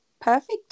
perfect